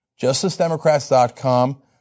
Justicedemocrats.com